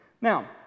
Now